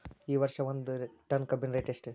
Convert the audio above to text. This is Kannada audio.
ಈ ವರ್ಷ ಒಂದ್ ಟನ್ ಕಬ್ಬಿನ ರೇಟ್ ಎಷ್ಟು?